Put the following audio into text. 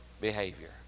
behavior